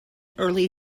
early